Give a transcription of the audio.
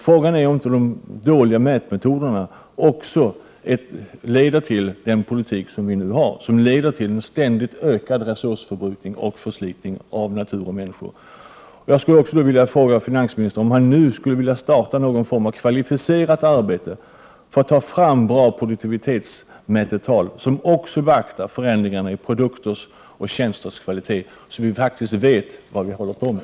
Frågan är om inte dåliga mätmetoder också leder till den politik som vi nu har — alltså till en ständigt ökad resursförbrukning och förslitning av natur och människor. Jag skulle också vilja fråga finansministern om han är beredd att nu starta någon form av kvalificerat arbete för att få fram bra mättal vad gäller produktiviteten. Därvid skall också förändringar i produkters och tjänsters kvalitet beaktas. Vi måste faktiskt veta vad vi håller på med.